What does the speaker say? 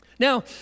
Now